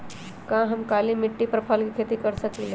का हम काली मिट्टी पर फल के खेती कर सकिले?